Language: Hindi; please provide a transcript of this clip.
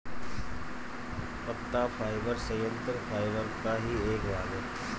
पत्ता फाइबर संयंत्र फाइबर का ही एक भाग है